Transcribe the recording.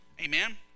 Amen